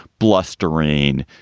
blustering,